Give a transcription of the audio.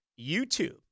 YouTube